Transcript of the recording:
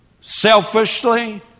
Selfishly